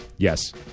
Yes